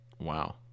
Wow